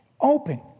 Open